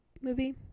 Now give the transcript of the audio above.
movie